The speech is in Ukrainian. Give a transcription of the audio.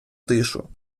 тишу